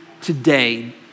today